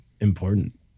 important